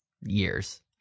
years